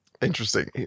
Interesting